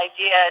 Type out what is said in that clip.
idea